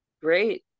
Great